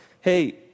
hey